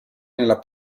nella